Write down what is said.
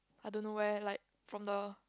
I don't know where like from the